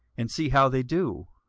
and see how they do.